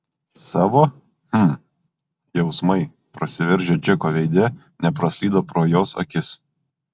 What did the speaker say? savo hm jausmai prasiveržę džeko veide nepraslydo pro jos akis